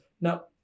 Now